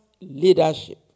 leadership